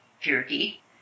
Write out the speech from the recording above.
purity